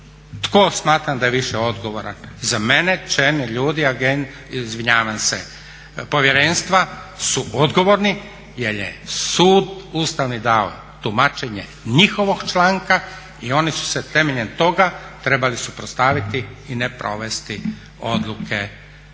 tko smatram da je više odgovoran za mene, čelni ljudi, izvinjavam se povjerenstva su odgovorni jer je sud Ustavni dao tumačenje njihovog članka i oni su se temeljem toga trebali suprotstaviti i ne provesti odluke agencije.